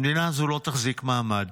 המדינה הזו לא תחזיק מעמד.